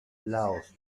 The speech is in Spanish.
laos